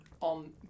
on